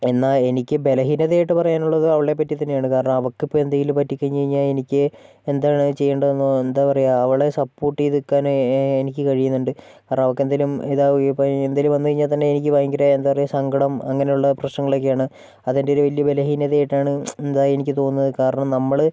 എന്നാൽ എനിക്ക് ബലഹീനതയായിട്ട് പറയാനുള്ളത് അവളെ പറ്റി തന്നെയാണ് കാരണം അവൾക്കിപ്പോൾ എന്തെങ്കിലും പറ്റി കഴിഞ്ഞ് കഴിഞ്ഞാൽ എനിക്ക് എന്താണ് ചെയ്യണ്ടതെന്നോ എന്താ പറയുക അവളെ സപ്പോർട്ട് ചെയ്ത് നിൽക്കാൻ എനിക്ക് കഴിയുന്നുണ്ട് കാരണം അവൾക്കെന്തെങ്കിലും ഇതായി പോയി എന്തെങ്കിലും വന്ന് കഴിഞ്ഞാൽ തന്നെ എനിക്ക് ഭയങ്കര എന്താ പറയുക സങ്കടം അങ്ങനെയുള്ള പ്രശ്നങ്ങളൊക്കെയാണ് അത് എൻ്റെ ഒരു വലിയ ബലഹീനത ആയിട്ടാണ് എന്താ എനിക്ക് തോന്നുന്നത് കാരണം നമ്മള്